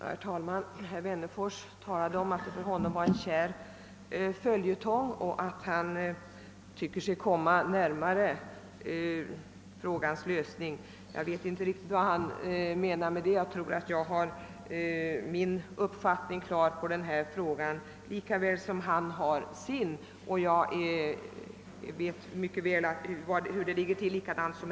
Herr talman! Herr Wennerfors sade att detta för honom är en kär följetong och att han tycker sig komma närmare frågans lösning. Jag vet inte riktigt vad han menar med det. Jag har emellertid min uppfattning klar i denna fråga lika väl som herr Wennerfors har sin.